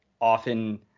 often